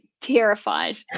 terrified